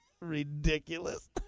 Ridiculous